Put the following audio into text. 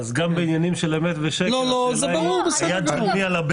אז גם בעניינים של אמת ושקר --- לא, לא, בבקשה.